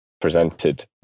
presented